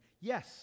yes